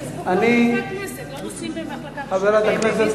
כל חברי הכנסת לא נוסעים במחלקה ראשונה,